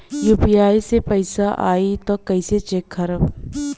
UPI से पैसा आई त कइसे चेक खरब?